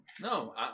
No